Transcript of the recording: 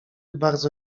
bardzo